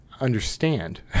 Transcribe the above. understand